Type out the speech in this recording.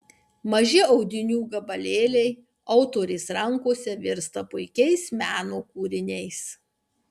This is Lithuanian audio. maži audinių gabalėliai autorės rankose virsta puikiais meno kūriniais